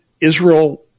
Israel